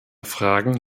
fragen